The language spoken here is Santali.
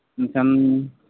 ᱮᱱᱠᱷᱟᱱ